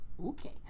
Okay